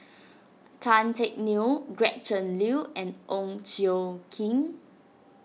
Tan Teck Neo Gretchen Liu and Ong Tjoe Kim